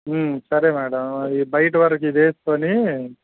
సరే మేడమ్ ఇది బయట వరకు ఇది వేసుకొని